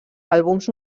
àlbums